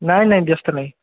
ନାଇଁ ନାଇଁ ବ୍ୟସ୍ତ ନାଇଁ